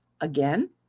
again